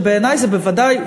ובעיני זה בוודאי,